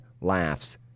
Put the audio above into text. laughs